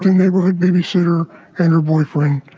neighborhood babysitter and her boyfriend